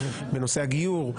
בנושא הגיור,